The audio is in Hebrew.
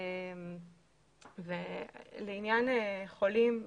לעניין חולים,